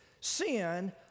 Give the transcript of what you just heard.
sin